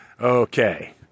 okay